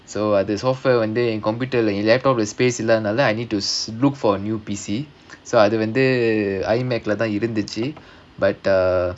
so அது:adhu computer வந்து:vandhu space இல்ல அதுனால:illa adhunaala I need to look for new P_C so வந்து:vandhu iMac leh தான் இருந்துச்சு:thaan irunthuchu but uh